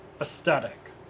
aesthetic